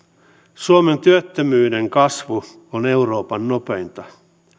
suomen työttömyyden kasvu on euroopan nopeinta